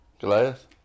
Goliath